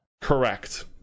Correct